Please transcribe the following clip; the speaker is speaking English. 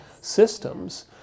systems